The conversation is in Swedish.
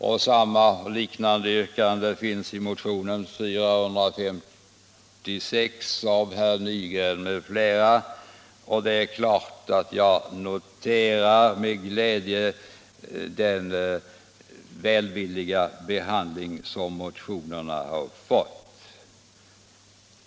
Ett liknande yrkande som i min motion finns i motionen 456 av herr Nygren m.fl. Det är klart att jag med tillfredsställelse noterar den välvilliga behandling som motionerna fått.